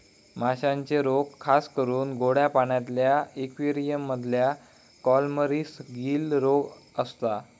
माश्यांचे रोग खासकरून गोड्या पाण्यातल्या इक्वेरियम मधल्या कॉलमरीस, गील रोग असता